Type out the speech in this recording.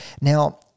Now